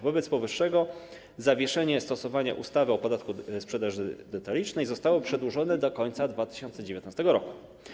Wobec powyższego zawieszenie stosowania ustawy o podatku od sprzedaży detalicznej zostało przedłużone do końca 2019 r.